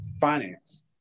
finance